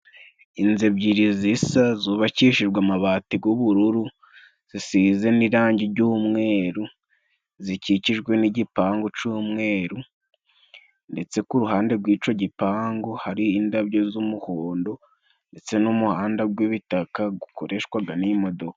Inzu ebyiri zisa zubakishijwe amabati y'ubururu, zisize n'irangi ry'umweru, zikikijwe n'igipangu cy'umweru, ndetse ku ruhande rw'icyo gipangu hari indabo z'umuhondo, ndetse n'umuhanda w'ibitaka ukoreshwa n'imodoka.